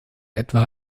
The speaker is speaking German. etwa